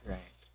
Right